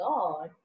God